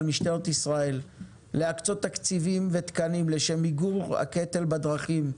משטרת ישראל להקצות תקציבים ותקנים לשם מיגור הקטל בדרכים,